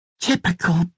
Typical